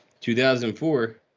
2004